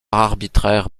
arbitraire